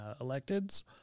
electeds